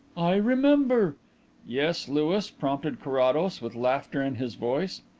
i remember yes, louis? prompted carrados, with laughter in his voice.